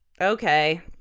okay